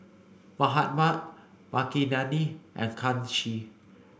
Mahatma Makineni and Kanshi